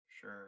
Sure